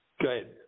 Good